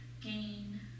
gain